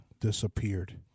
disappeared